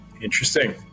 interesting